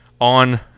on